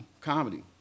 comedy